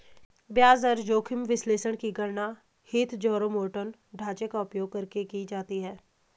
ब्याज दर जोखिम विश्लेषण की गणना हीथजारोमॉर्टन ढांचे का उपयोग करके की जाती है